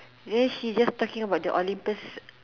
then she just talking about the Olympus